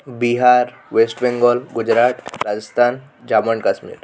Bihar ୱେଷ୍ବବେଙ୍ଗଲ Gujarat Rajasthan Jammu and Kashmir